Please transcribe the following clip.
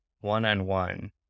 one-on-one